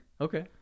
Okay